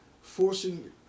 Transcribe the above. forcing